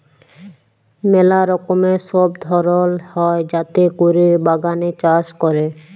ম্যালা রকমের সব ধরল হ্যয় যাতে ক্যরে বাগানে চাষ ক্যরে